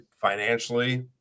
financially